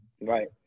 right